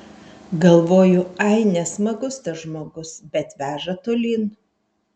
galvoju ai nesmagus tas žmogus bet veža tolyn